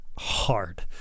Hard